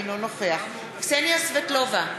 אינו נוכח קסניה סבטלובה,